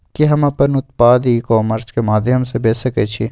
कि हम अपन उत्पाद ई कॉमर्स के माध्यम से बेच सकै छी?